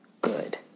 good